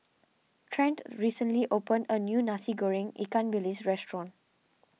Trent recently opened a new Nasi Goreng Ikan Bilis restaurant